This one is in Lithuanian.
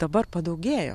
dabar padaugėjo